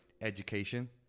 education